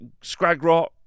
Scragrot